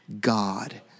God